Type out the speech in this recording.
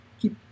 Keep